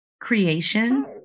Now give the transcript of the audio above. creation